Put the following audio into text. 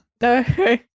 No